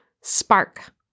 spark